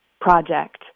project